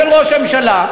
של ראש הממשלה,